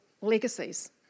legacies